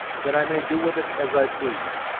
that i may do with it as i please.